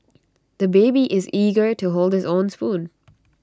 the baby is eager to hold his own spoon